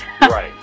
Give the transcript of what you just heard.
Right